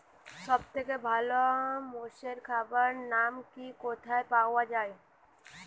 সব থেকে ভালো মোষের খাবার নাম কি ও কোথায় পাওয়া যায়?